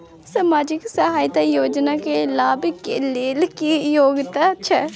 सामाजिक सहायता योजना के लाभ के लेल की योग्यता छै?